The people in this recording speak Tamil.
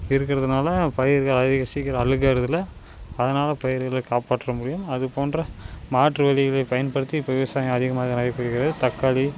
இருக்கிறதுனால பயிர்கள் அதிக சீக்கிரம் அழிகறதில்ல அதனால் பயிர்களை காப்பாற்ற முடியும் அது போன்ற மாற்று வழிகளைப் பயன்படுத்தி இப்போ விவசாயம் அதிகமாக நடைபெறுகிறது தக்காளி